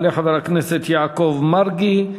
יעלה חבר הכנסת יעקב מרגי,